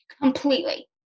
completely